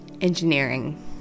engineering